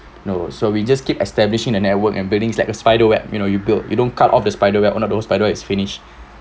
no so we just keep establishing a network and buildings like a spider web you know you build you don't cut off the spiderweb one of those spiderweb is finished